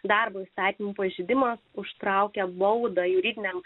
darbo įstatymų pažeidimas užtraukia baudą juridiniams